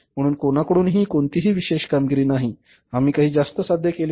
म्हणून कोणाकडूनही कोणतीही विशेष कामगिरी नाही आणि आम्ही काही जास्त साध्य केले नाही